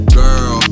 girl